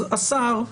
השר,